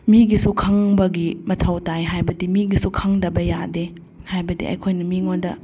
ꯃꯤꯒꯤꯁꯨ ꯈꯪꯕꯒꯤ ꯃꯊꯧ ꯇꯥꯏ ꯍꯥꯏꯕꯗꯤ ꯃꯤꯒꯤꯁꯨ ꯈꯪꯗꯕ ꯌꯥꯗꯦ ꯍꯥꯏꯕꯗꯤ ꯑꯩꯈꯣꯏꯅ ꯃꯤꯑꯣꯟꯗ